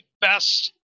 best